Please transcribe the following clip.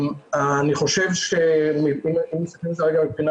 אני חושב שאם מסתכלים כרגע על הבחינה